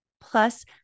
Plus